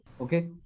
Okay